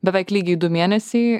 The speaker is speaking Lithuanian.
beveik lygiai du mėnesiai